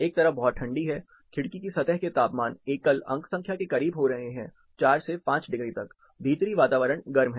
एक तरफ बहुत ठंडी है खिड़की की सतह के तापमान एकल अंक संख्या के करीब हो रहे हैं 4 से 5 डिग्री तक भीतरी वातावरण गर्म है